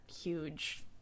huge